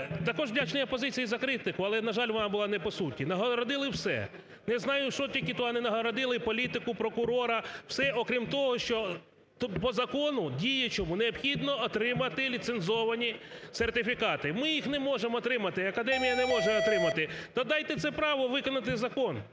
також вдячний опозиції за критику, але, на жаль, вона була не по суті. Нагородили все, я знаю, що тільки туди не нагородили: політику, прокурора. Все, окрім того, що тут по закону діючому необхідно отримати ліцензовані сертифікати. Ми їх не можемо отримати, академія не може отримати. То дайте це право, виконати закон.